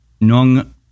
Nung